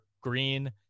green